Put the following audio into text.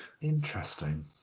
Interesting